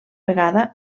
vegada